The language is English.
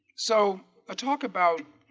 so i talked about